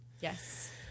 Yes